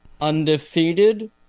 undefeated